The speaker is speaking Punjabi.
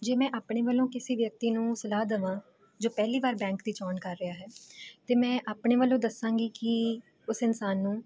ਜੇ ਮੈਂ ਆਪਣੇ ਵੱਲੋਂ ਕਿਸੇ ਵਿਅਕਤੀ ਨੂੰ ਸਲਾਹ ਦੇਵਾਂ ਜੋ ਪਹਿਲੀ ਵਾਰ ਬੈਂਕ ਦੀ ਚੋਣ ਕਰ ਰਿਹਾ ਹੈ ਤਾਂ ਮੈਂ ਆਪਣੇ ਵੱਲੋਂ ਦੱਸਾਂਗੀ ਕਿ ਉਸ ਇਨਸਾਨ ਨੂੰ